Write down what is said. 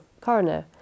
coroner